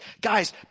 Guys